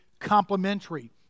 complementary